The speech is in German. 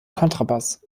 kontrabass